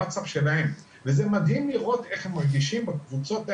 זה מדהים לראות איך הם מרגישים בקבוצות האלה.